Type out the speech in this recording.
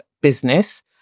business